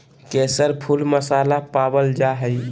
केसर फुल मसाला पावल जा हइ